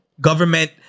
government